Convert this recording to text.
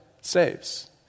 saves